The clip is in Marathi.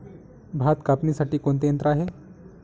भात कापणीसाठी कोणते यंत्र आहे?